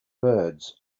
birds